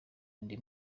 indi